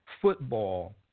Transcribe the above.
football